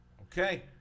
Okay